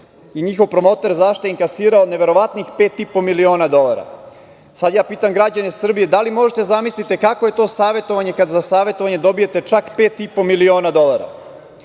i njihov promoter, za šta je inkasirao neverovatnih 5,5 miliona dolara. Sada ja pitam građane Srbije da li možete da zamislite kakvo je to savetovanje kada za savetovanje dobijete čak 5,5 miliona dolara?